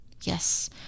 Yes